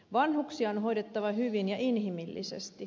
vanhuksia on hoidettava hyvin ja inhimillisesti